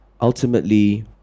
ultimately